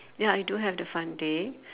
ya I do have the fun day